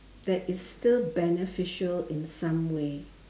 that is still beneficial in some way